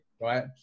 right